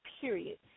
period